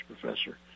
professor